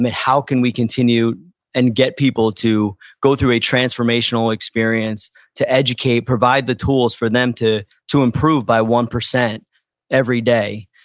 but how can we continue and get people to go through a transformational experience to educate, provide the tools for them to to improve by one percent every day.